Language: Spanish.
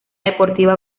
deportiva